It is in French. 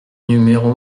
numéro